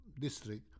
district